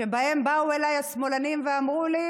שבהם באו אליי השמאלנים ואמרו לי: